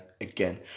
again